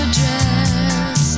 dress